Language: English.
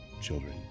children